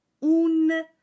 un